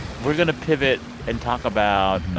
we're going to pivot and talk about